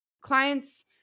clients